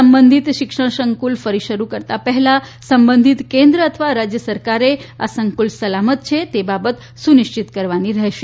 સંબંધીત શિક્ષણ સંકુલ ફરી શરૂ કરતાં પહેલાં સંબંધીત કેન્દ્ર અથવા રાજ્ય સરકારે આ સંકુલ સલામત છે તે બાબત સુનિશ્ચિત કરવાની રહેશે